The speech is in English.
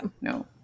No